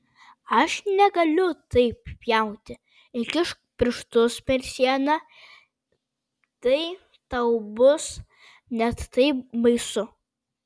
aš negaliu taip pjauti įkišk pirštus per sieną tai tau bus net taip baisu